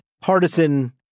partisan